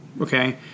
okay